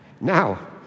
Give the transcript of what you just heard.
Now